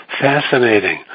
Fascinating